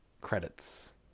credits